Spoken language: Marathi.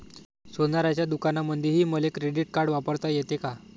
सोनाराच्या दुकानामंधीही मले क्रेडिट कार्ड वापरता येते का?